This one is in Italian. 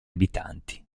abitanti